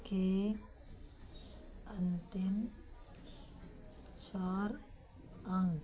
के अंतिम चार अंक